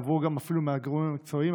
לבוא גם אפילו מהגורמים המקצועיים,